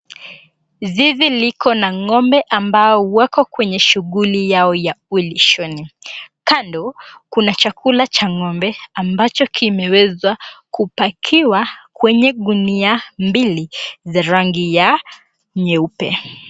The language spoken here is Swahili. Zizi liko na ngombe ambao wako kwenye shughuli yao ya ulishoni. Kando kuna chakula cha ngombe ambacho kimeweza kupakiwa kwenye gunia mbili za rangi ya nyeupe.